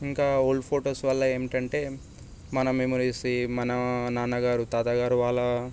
ఇంకా old photos వల్ల ఏంటంటే మన మెమరీస్ మన నాన్నగారు తాతగారు వాలా